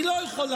היא לא יכולה,